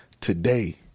today